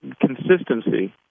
consistency